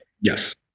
Yes